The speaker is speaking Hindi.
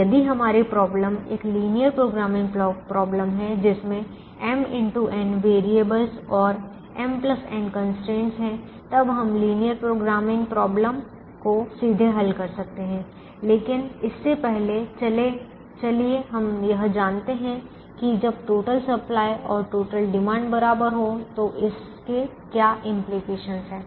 तो यदि हमारी समस्या एक लिनियर प्रोग्रामिंग समस्या है जिसमें वेरीएबलस और m n कंस्ट्रेंट्स है तब हम लिनियर प्रोग्रामिंग समस्या को सीधे हल कर सकते हैं लेकिन इससे पहले चलिए हम यह जानते है कि जब टोटल सप्लाई और टोटल डिमांड बराबर हो तो इसके क्या इंप्लीकेशन है